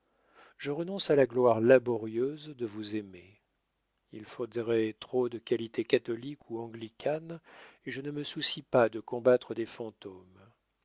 je renonce à la gloire laborieuse de vous aimer il faudrait trop de qualités catholiques ou anglicanes et je ne me soucie pas de combattre des fantômes